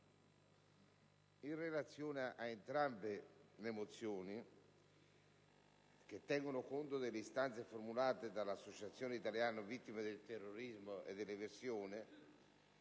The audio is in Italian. in relazione a entrambe le mozioni, che tengono conto delle istanze formulate dall'Associazione italiana vittime del terrorismo e dell'eversione,